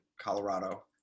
Colorado